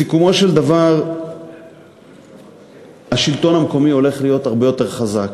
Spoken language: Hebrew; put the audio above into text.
בסיכומו של דבר השלטון המקומי הולך להיות הרבה יותר חזק.